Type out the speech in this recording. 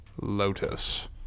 lotus